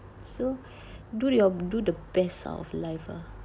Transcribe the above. so do your do the best of life ah